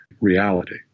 reality